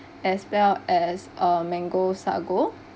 as well as a mango sago